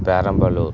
Perambalur